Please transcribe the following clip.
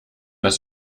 das